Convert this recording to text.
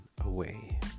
Away